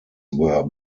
were